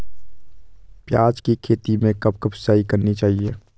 प्याज़ की खेती में कब कब सिंचाई करनी चाहिये?